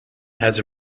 has